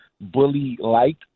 bully-like